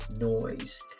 noise